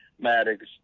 Maddox